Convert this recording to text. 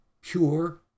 pure